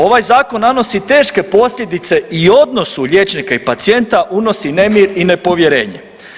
Ovaj zakon nanosi teške posljedice i odnosu liječnika i pacijenta, unosi nemir i nepovjerenje.